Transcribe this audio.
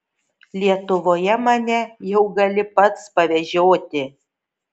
lietuvoje mane jau gali pats pavežioti